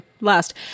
Last